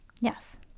Yes